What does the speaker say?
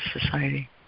Society